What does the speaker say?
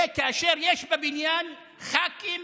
וכאשר יש בבניין ח"כים